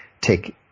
take